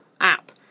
app